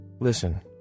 listen